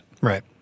Right